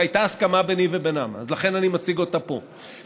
והייתה הסכמה ביני ובינם אז לכן אני מציג אותה פה,